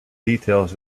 details